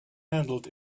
handled